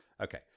Okay